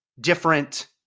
different